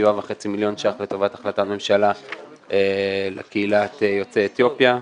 ו-7.5 מיליון שקלים חדשים לטובת החלטות ממשלה לקהילת יוצאי אתיופיה.